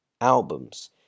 albums